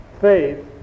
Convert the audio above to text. faith